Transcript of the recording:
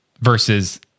Versus